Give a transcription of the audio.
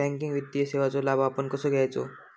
Banking वित्तीय सेवाचो लाभ आपण कसो घेयाचो?